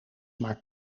maar